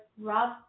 Rob